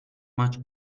much